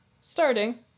starting